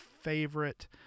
favorite